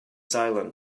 silent